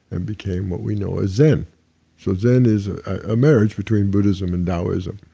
and became what we know as zen so zen is a marriage between buddhism and taoism,